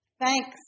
thanks